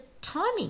timing